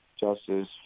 Justice